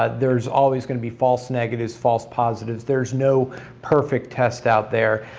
ah there's always going to be false negatives, false positives. there's no perfect test out there.